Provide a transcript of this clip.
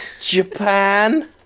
Japan